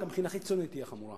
גם מבחינה חיצונית תהיה חמורה,